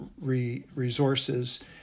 resources